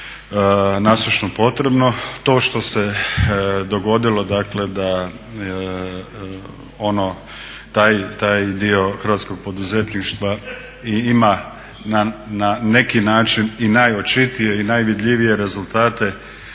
nasušno potrebno. To što se dogodilo dakle da taj dio hrvatskog poduzetništva ima na neki način i najočitije i najvidljivije rezultate,